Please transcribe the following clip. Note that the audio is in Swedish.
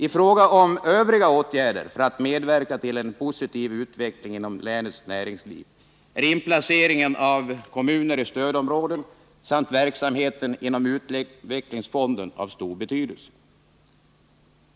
I fråga om övriga åtgärder som syftar till att medverka till en positiv utveckling inom länets näringsliv är inplaceringen av kommuner i stödområden samt verksamheten inom utvecklingsfonden av stor betydelse.